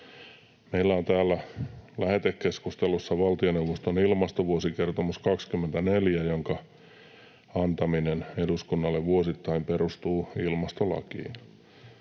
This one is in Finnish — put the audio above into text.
Meillä on täällä lähetekeskustelussa Valtioneuvoston ilmastovuosikertomus 24, jonka antaminen eduskunnalle vuosittain perustuu ilmastolakiin.